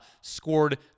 scored